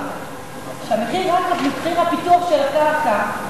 כשהמחיר רק מחיר של פיתוח הקרקע,